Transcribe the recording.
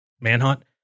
manhunt